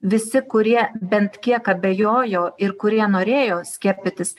visi kurie bent kiek abejojo ir kurie norėjo skiepytis